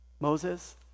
Moses